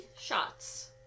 shots